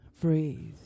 breathe